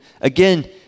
Again